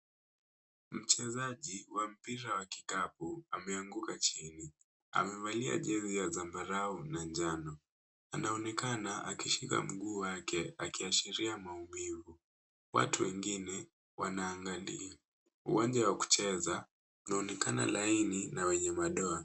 Mchezaji wa mpira wa kikapu ameanguka chini. Amevalia jezi ya zambarau na njano. Anaonekana akishika miguu wake akiashiria maumivu. Watu wengine wanaangalia. Uwanja wa kucheza unaonekana laini na wenye madoa.